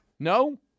No